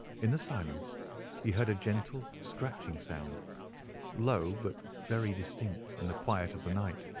in the silence he heard a gentle scratching sound low, but very distinct in the quiet of the night.